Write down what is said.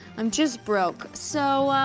i'm just broke. so, ah,